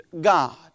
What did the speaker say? God